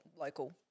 local